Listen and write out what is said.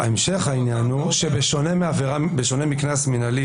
הרי גם קנס מינהלי